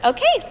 Okay